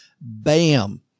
bam